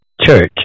church